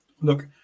Look